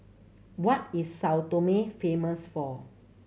what is Sao Tome famous for